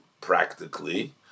practically